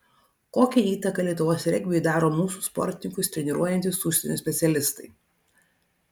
kokią įtaką lietuvos regbiui daro mūsų sportininkus treniruojantys užsienio specialistai